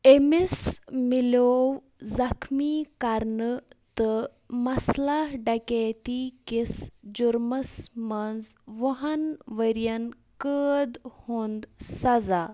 أمِس مِلیو زخمی کَرنہٕ تہٕ مسلہ ڈَکیتی کِس جُرمِس منٛز وُہَن ؤرۍیَن قٲد ہُنٛد سزا